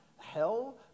hell